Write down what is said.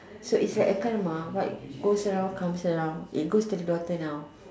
so it's kind of like ma what goes around come around it goes to the daughter now